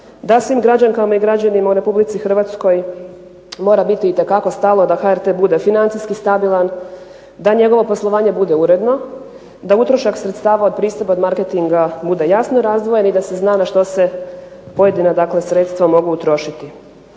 da svim građankama i građanima u RH mora biti itekako stalo da HRT bude financijski stabilan, da njegovo poslovanje bude uredno, da utrošak sredstava od pristupa marketinga bude jasno razdvojen i da se zna za što se pojedina sredstva mogu utrošiti.